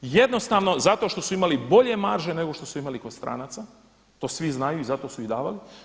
Jednostavno zato što su imali bolje marže nego što su imali kod stranaca, to svi znaju i zato su ih davali.